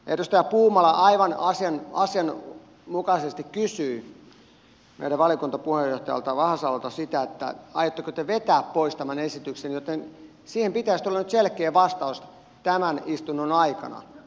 edustaja puumala aivan asianmukaisesti kysyi meidän valiokunnan puheenjohtajalta vahasalolta sitä aiotteko te vetää pois tämän esityksen joten siihen pitäisi tulla nyt selkeä vastaus tämän istunnon aikana